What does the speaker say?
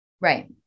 right